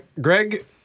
Greg